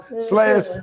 slash